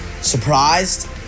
Surprised